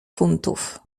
funtów